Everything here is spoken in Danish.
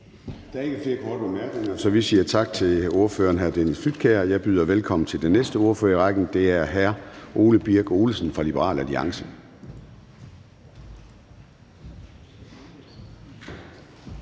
Der er ikke flere korte bemærkninger, så vi siger tak til ordføreren, hr. Dennis Flydtkjær. Jeg byder velkommen til den næste ordfører i rækken, og det er hr. Ole Birk Olesen fra Liberal Alliance.